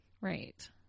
Right